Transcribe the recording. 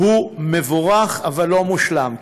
מבורך אבל לא מושלם,